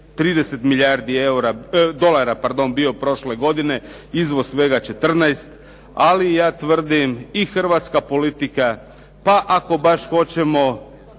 30 milijardi dolara bio prošle godine, izvoz svega 14, ali ja tvrdim i hrvatska politika pa ako baš hoćemo